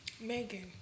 Megan